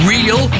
Real